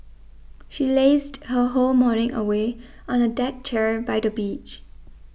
she lazed her whole morning away on a deck chair by the beach